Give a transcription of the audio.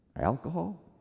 alcohol